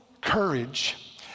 courage